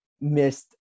missed